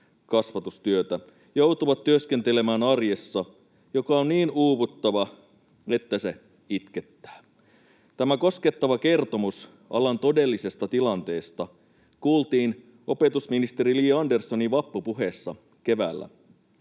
kasvatustyötä, joutuvat työskentelemään arjessa, joka on niin uuvuttava, että se itkettää.” Tämä koskettava kertomus alan todellisesta tilanteesta kuultiin opetusministeri Li Anderssonin vappupuheessa keväällä.